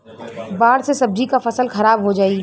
बाढ़ से सब्जी क फसल खराब हो जाई